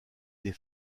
des